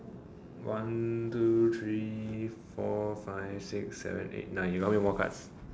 one two three four five six seven eight nine you got how many more cards